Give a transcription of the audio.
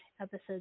episodes